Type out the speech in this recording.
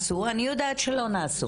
אם נעשו, אני יודעת שלא נעשו.